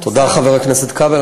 תודה, חבר הכנסת כבל.